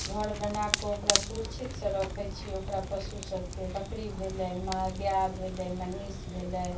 घर बनाके ओकरा सुरक्षितसँ राखै छी ओकरा पशुसबके बकरी भेलै गाइ भेलै महीँस भेलै